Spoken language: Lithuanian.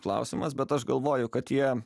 klausimas bet aš galvoju kad jie